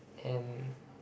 and